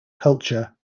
culture